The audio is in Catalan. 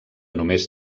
només